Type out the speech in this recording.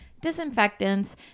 disinfectants